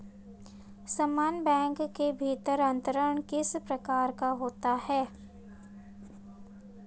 समान बैंक के भीतर अंतरण किस प्रकार का होता है?